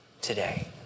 today